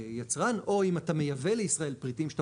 יצרן או אם אתה מייבא לישראל פריטים שאתה